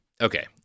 okay